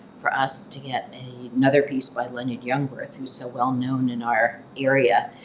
for us to get another piece by leonard jungwirth, who's so well known in our area,